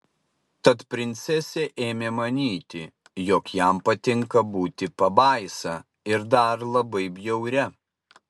tad princesė ėmė manyti jog jam patinka būti pabaisa ir dar labai bjauria